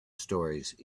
stories